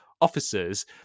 officers